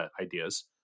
ideas